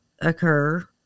occur